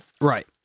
Right